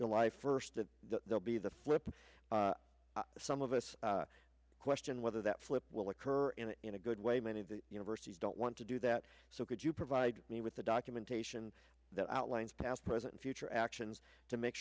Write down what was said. july first that they'll be the flip some of us question whether that flip will occur in a good way many of the universities don't want to do that so could you provide me with the documentation that outlines past present future actions to make